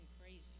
crazy